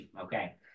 Okay